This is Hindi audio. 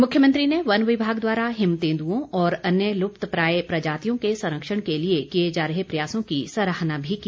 मुख्यमंत्री ने वन विभाग द्वारा हिम तेंदुओं और अन्य लुप्तप्राय प्रजातियों के संरक्षण के लिए किए जा रहे प्रयासों की सराहना भी की